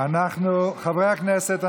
חברי הכנסת,